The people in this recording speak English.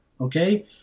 okay